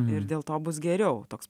ir dėl to bus geriau toks